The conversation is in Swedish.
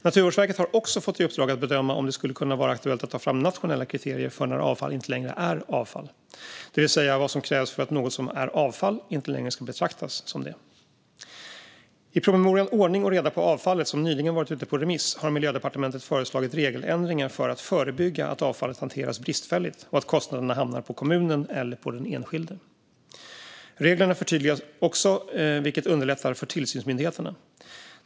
Naturvårdsverket har också fått i uppdrag att bedöma om det skulle kunna vara aktuellt att ta fram nationella kriterier för när avfall inte längre är avfall, det vill säga vad som krävs för att något som är avfall inte längre ska betraktas som det. I promemorian Ordning och reda på avfallet , som nyligen varit ute på remiss, har Miljödepartementet föreslagit regeländringar för att förebygga att avfallet hanteras bristfälligt och att kostnaderna hamnar på kommunen eller den enskilde. Reglerna förtydligas också, vilket underlättar för tillsynsmyndigheterna.